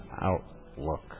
Outlook